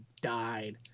died